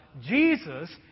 Jesus